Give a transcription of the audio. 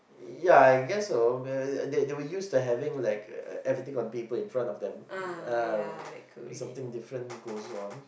ya I guess so they they were to used to having like everything on paper in front of them uh when something different goes on